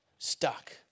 stuck